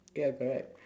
ya correct